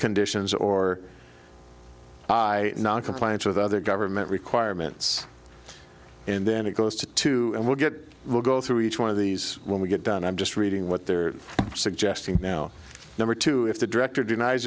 conditions or by noncompliance with other government requirements and then it goes to two and we'll get we'll go through each one of these when we get done i'm just reading what they're suggesting now number two if the director denies